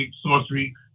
sorcery